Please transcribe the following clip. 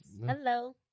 Hello